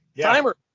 timer